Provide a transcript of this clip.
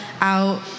out